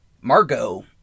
Margot